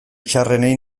txarrenei